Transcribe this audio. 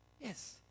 yes